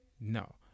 No